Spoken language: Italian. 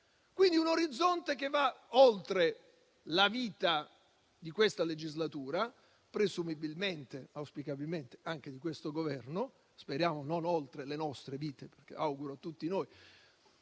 quindi un orizzonte che va oltre la vita di questa legislatura, presumibilmente e auspicabilmente anche di questo Governo (speriamo non oltre le nostre vite, perché auguro a tutti noi